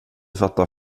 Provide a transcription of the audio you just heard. fattar